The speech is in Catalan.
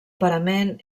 parament